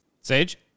Sage